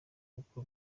kuko